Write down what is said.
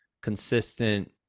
consistent